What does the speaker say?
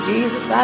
Jesus